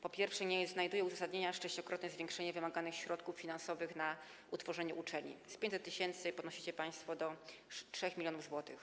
Po pierwsze, nie znajduje uzasadnienia sześciokrotne zwiększenie wymaganych środków finansowych na utworzenie uczelni - z 500 tys. podnosicie państwo do 3 mln zł.